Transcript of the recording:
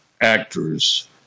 actors